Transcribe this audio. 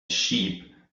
sheep